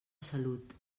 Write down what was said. salut